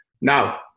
Now